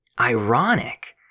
ironic